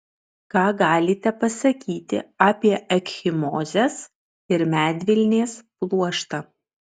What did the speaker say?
ką galite pasakyti apie ekchimozes ir medvilnės pluoštą